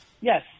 Yes